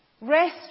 Rest